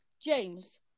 James